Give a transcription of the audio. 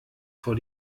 vor